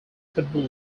football